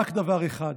רק דבר אחד,